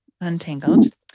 Untangled